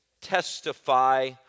Testify